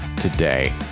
today